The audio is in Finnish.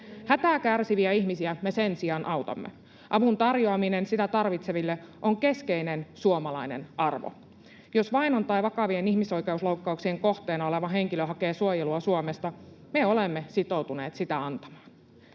Hätää kärsiviä ihmisiä me sen sijaan autamme. Avun tarjoaminen sitä tarvitseville on keskeinen suomalainen arvo. Jos vainon tai vakavien ihmisoikeusloukkauksien kohteena oleva henkilö hakee suojelua Suomesta, me olemme sitoutuneet sitä antamaan.